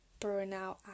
burnout